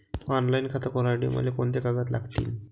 Online खातं खोलासाठी मले कोंते कागद लागतील?